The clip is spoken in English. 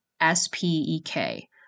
S-P-E-K